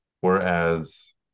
whereas